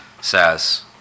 says